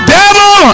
devil